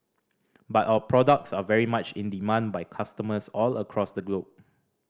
but our products are very much in demand by customers all across the globe